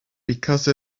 because